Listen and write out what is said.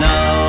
Now